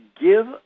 give